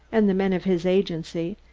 and the men of his agency,